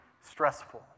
stressful